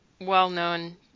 well-known